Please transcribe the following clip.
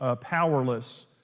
powerless